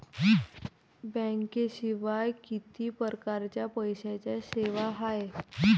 बँकेशिवाय किती परकारच्या पैशांच्या सेवा हाय?